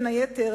בין השאר,